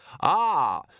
Ah